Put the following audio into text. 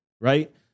Right